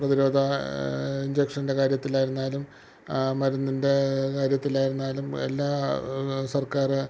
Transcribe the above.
പ്രതിരോധ ഇഞ്ചക്ഷൻ്റെ കാര്യത്തിലായിരുന്നാലും മരുന്നിന്റെ കാര്യത്തിലായിരുന്നാലും എല്ലാ സർക്കാർ